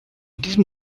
diesem